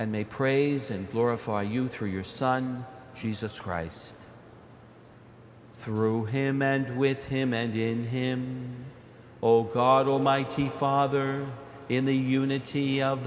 and may praise and glorify you through your son jesus christ through him and with him and in him oh god almighty father in the unity of